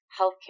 healthcare